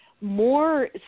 more